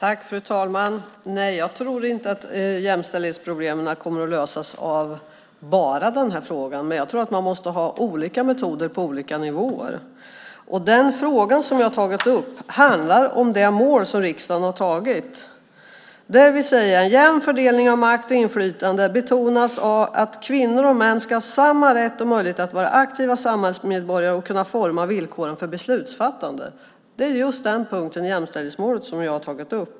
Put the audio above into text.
Fru talman! Nej, jag tror inte att jämställdhetsproblemen kommer att lösas av bara den här frågan. Jag tror att man måste ha olika metoder på olika nivåer. Den fråga som jag har tagit upp handlar om det mål som riksdagen har antagit där vi säger: "En jämn fördelning av makt och inflytande. Kvinnor och män ska ha samma rätt och möjlighet att vara aktiva samhällsmedborgare och att forma villkoren för beslutsfattandet." Det är just den punkten i jämställdhetsmålet som jag har tagit upp.